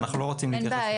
ואנחנו לא רוצים להתייחס.